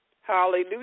Hallelujah